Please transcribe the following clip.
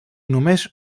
només